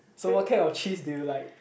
so what kind of cheese do you like